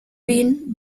been